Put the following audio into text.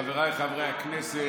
חבריי חברי הכנסת,